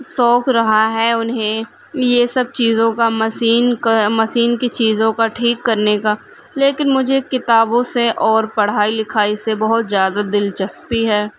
شوق رہا ہے انہیں یہ سب چیزوں کا مسین کا مسین کی چیزوں کا ٹھیک کرنے کا لیکن مجھے کتابوں سے اور پڑھائی لکھائی سے بہت زیادہ دلچسپی ہے